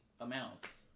amounts